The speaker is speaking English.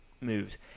moves